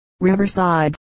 Riverside